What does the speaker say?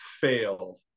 fail